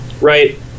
Right